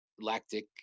lactic